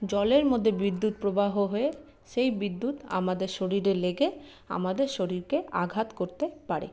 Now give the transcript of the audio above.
জলের মধ্যে বিদ্যুৎ প্রবাহ হয়ে সেই বিদ্যুৎ আমাদের শরীরে লেগে আমাদের শরীরকে আঘাত করতে পারে